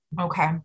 Okay